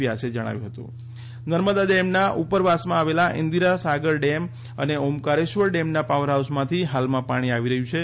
વ્યાસે જણાવ્યું હતુ નર્મદા ડેમના ઉપરવાસમાં આવેલા ઇન્દીરા સાગર ડેમ અને ઓમકારેશ્વર ડેમના પાવર હાઉસમાથી હાલમાં પાણી આવી રહ્યું છે